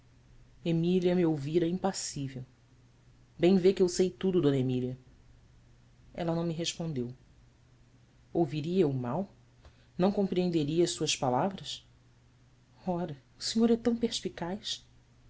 emília me ouvira impassível em vê que eu sei tudo d emília ela não me respondeu ouviria eu mal não compreenderia as suas palavras ra o senhor é tão perspicaz